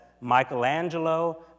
Michelangelo